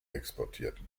exportiert